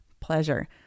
pleasure